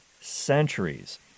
centuries